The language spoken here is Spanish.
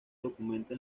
documenta